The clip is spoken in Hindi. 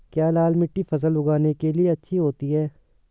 क्या लाल मिट्टी फसल उगाने के लिए अच्छी होती है?